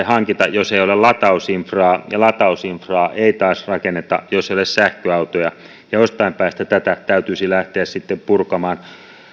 hankita jos ei ole latausinfraa ja latausinfraa ei taas rakenneta jos ei ole sähköautoja jostain päästä tätä täytyisi lähteä sitten purkamaan